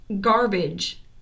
garbage